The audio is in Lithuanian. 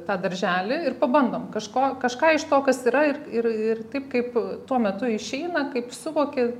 tą darželį ir pabandom kažko kažką iš to kas yra ir ir ir taip kaip tuo metu išeina kaip suvoki